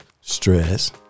stress